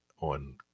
on